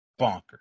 bonkers